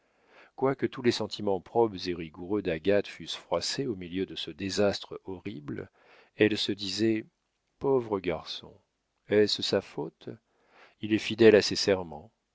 quoique tous les sentiments probes et rigoureux d'agathe fussent froissés au milieu de ce désastre horrible elle se disait pauvre garçon est-ce sa faute il est fidèle à ses serments